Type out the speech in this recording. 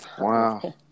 Wow